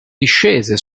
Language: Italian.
discese